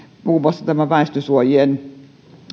muun muassa tämä väestönsuojien